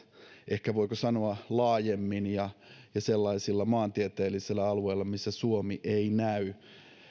ehkä voiko sanoa laajemmin ja sellaisilla maantieteellisillä alueilla millä suomi ei näy